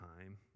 time